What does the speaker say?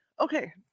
okay